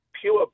pure